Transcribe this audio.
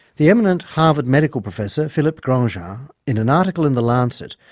the eminent harvard medical professor philippe grandjean, um in an article in the lancet,